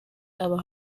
aba